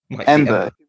Ember